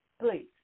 please